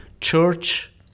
church